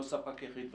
לא ספק יחיד וכו'.